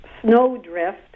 snowdrift